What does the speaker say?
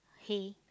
hay